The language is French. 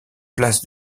place